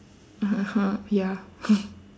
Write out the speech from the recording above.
(uh huh) ya